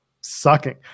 sucking